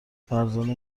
فرزانه